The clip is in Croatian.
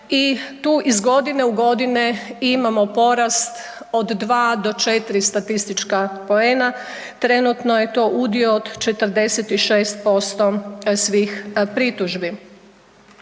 i tu iz godine u godine imamo porast od 2 do 4 statistička poena. Trenutno je to udio od 46% svih pritužbi.